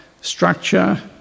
structure